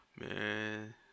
man